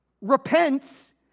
repents